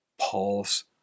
Paul's